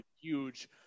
huge